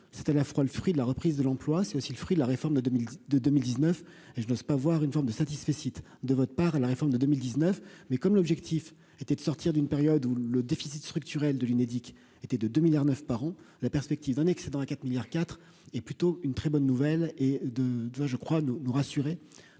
c'est à la fois le fruit de la reprise de l'emploi, c'est aussi le fruit de la réforme de 2002 2019, et je n'ose pas voir une forme de satisfecit de votre part à la réforme de 2019, mais comme l'objectif était de sortir d'une période où le déficit structurel de l'Unédic était de 2009 par an la perspective un excédent à 4 milliards IV est plutôt une très bonne nouvelle et de, je crois, nous nous rassurer